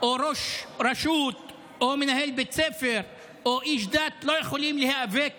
או ראש רשות או מנהל בית ספר או איש דת לא יכולים להיאבק